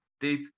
deep